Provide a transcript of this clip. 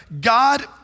God